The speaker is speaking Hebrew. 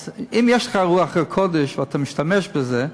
אז אם יש לך רוח הקודש ואתה משתמש בזה,